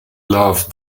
love